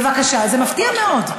בבקשה, זה מפריע מאוד.